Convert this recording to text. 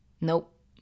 Nope